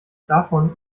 davon